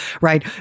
Right